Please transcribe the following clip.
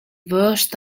worst